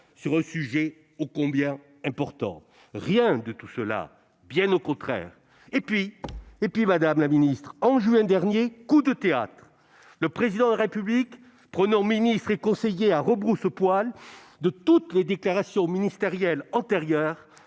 sur un sujet ô combien important. Rien de tout cela ne s'est produit, bien au contraire ! En juin dernier, coup de théâtre : le Président de la République, prenant ministres et conseillers à rebrousse-poil de toutes les déclarations ministérielles antérieures,